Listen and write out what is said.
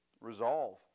Resolve